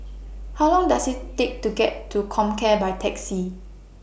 How Long Does IT Take to get to Comcare By Taxi